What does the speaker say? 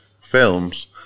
films